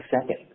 second